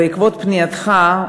בעקבות פנייתך,